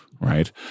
right